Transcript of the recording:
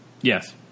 Yes